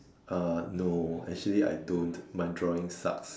uh no actually I don't my drawing sucks